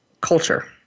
culture